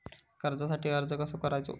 कर्जासाठी अर्ज कसो करायचो?